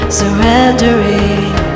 surrendering